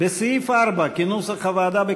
סעיף 4, כהצעת הוועדה, נתקבל.